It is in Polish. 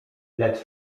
lecz